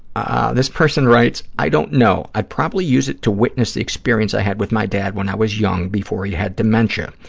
ah this person writes, i don't know, i'd probably use it to witness the experience i had with my dad when i was young before he had dementia,